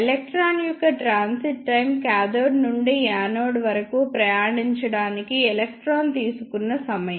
electron యొక్క transit time cathode నుండి anode వరకు ప్రయాణించడానికి ఎలక్ట్రాన్ తీసుకున్న సమయం